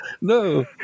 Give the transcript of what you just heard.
No